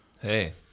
Hey